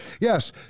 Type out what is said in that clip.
Yes